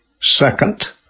Second